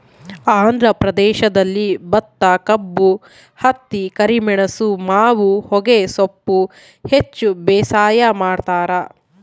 ಆಂಧ್ರ ಪ್ರದೇಶದಲ್ಲಿ ಭತ್ತಕಬ್ಬು ಹತ್ತಿ ಕರಿಮೆಣಸು ಮಾವು ಹೊಗೆಸೊಪ್ಪು ಹೆಚ್ಚು ಬೇಸಾಯ ಮಾಡ್ತಾರ